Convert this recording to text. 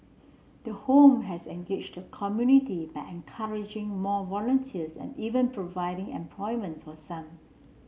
the home has engaged the community by encouraging more volunteers and even providing employment for some